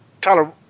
Tyler